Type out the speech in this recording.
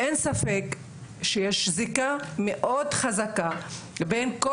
אין ספק שיש זיקה מאוד חזקה בין כל